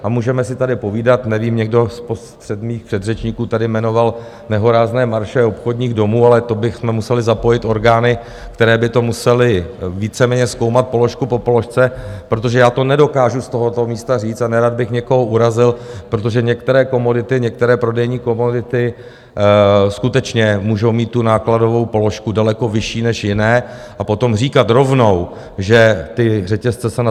A můžeme si tady povídat, nevím, někdo z mých předřečníků tady jmenoval nehorázné marže obchodních domů, ale to bychom museli zapojit orgány, které by to musely víceméně zkoumat položku po položce, protože já to nedokážu z tohoto místa říct a nerad bych někoho urazil, protože některé komodity, některé prodejní komodity skutečně můžou mít tu nákladovou položku daleko vyšší než jiné, a potom říkat rovnou, že ty řetězce se na tom pakují, to není fér.